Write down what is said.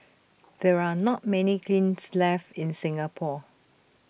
there are not many kilns left in Singapore